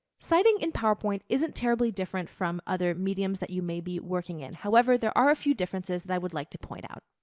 citing in powerpoint isn't terribly different from other mediums that you may be working in. however, there are a few differences that i would like to point out.